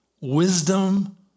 wisdom